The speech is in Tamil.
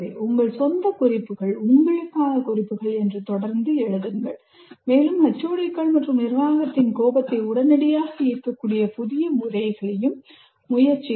உங்கள் சொந்த குறிப்புகள் 'உங்களுக்கான குறிப்புகள்' என்று தொடர்ந்து எழுதுங்கள் மேலும் HOD கள் மற்றும் நிர்வாகத்தின் கவனத்தை உடனடியாக ஈர்க்கக்கூடிய புதிய முறைகளை முயற்சிக்கவும்